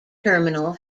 terminal